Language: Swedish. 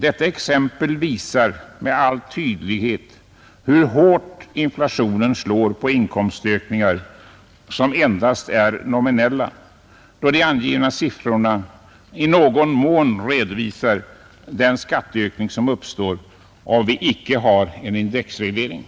Detta exempel visar med all tydlighet hur hårt inflationen slår på inkomstökningar, som endast är nominella, då de angivna siffrorna i någon mån redovisar den skatteökning som uppstår om vi icke har en indexreglering.